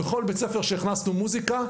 בכל בית-ספר שהכנסנו מוסיקה,